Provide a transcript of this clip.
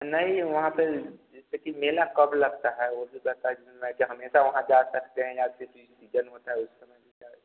नहीं वहाँ पर जैसे कि मेला कब लगता है वह भी जानना है कि हमेशा वहाँ जा सकते हैं या फ़िर सीजन होता है उस समय ही जा